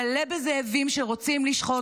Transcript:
מלא בזאבים שרוצים לשחוט,